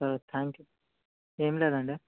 సరే thank you ఏం లేదు అండి